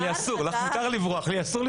ראש מינהל הסדרה ואכיפת חוקי עבודה בזרוע העבודה,